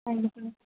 thank you